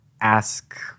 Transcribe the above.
ask